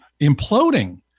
imploding